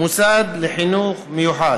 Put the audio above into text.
מוסד לחינוך מיוחד,